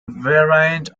variant